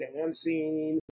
dancing